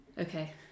Okay